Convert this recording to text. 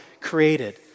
created